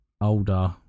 older